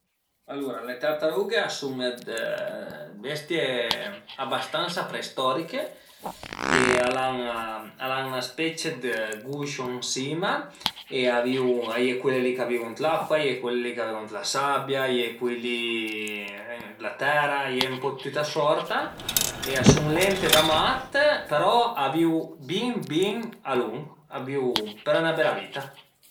Alura le tartarughe a sun dë bestie abastansa preistoriche e al an al an 'na specie dë guscio ën sima e a vivu a ie cule li ch'a vivu ën l'acua, a ie cule li ch'a vivu ën la sabia, a ie cui li d'la tera, a ie ën poch tüta sorta e a sun lente da mat, però a vivu bin bin a lunch, a vivu për 'na bela vita